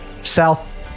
south